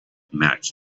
match